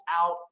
out